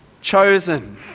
chosen